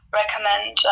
recommend